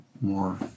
more